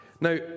Now